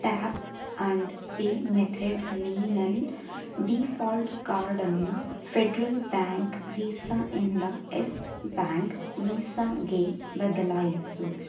tap and pay ಮೆಥಡಲ್ಲಿ ನನ್ನ default ಕಾರ್ಡನ್ನು ಫೆಡ್ರಲ್ ಬ್ಯಾಂಕ್ ವೀಸಾ ಇಂದ ಯೆಸ್ ಬ್ಯಾಂಕ್ ವೀಸಾಗೆ ಬದಲಾಯಿಸು